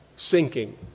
sinking